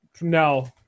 no